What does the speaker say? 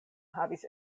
havis